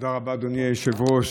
תודה רבה, אדוני היושב-ראש.